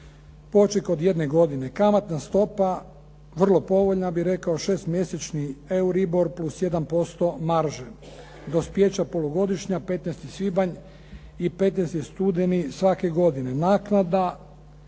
poček od jedne godine. Kamatna stopa vrlo povoljna bih rekao, 6-mjesečni EURIBOR plus 1% marže. Dospijeća polugodišnja 15. svibanj i 15. studeni svake godine. Jednokratna